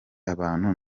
abantu